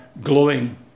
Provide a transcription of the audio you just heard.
glowing